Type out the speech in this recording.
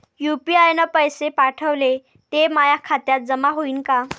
UPI न पैसे पाठवले, ते माया खात्यात जमा होईन का?